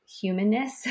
humanness